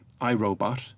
iRobot